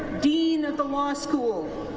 dean of the law school